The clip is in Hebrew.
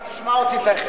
אתה תשמע אותי תיכף.